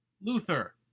Luther